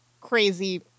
crazy